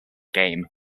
game